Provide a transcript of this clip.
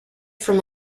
from